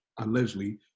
allegedly